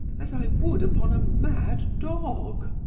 as i would upon a mad dog.